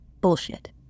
Bullshit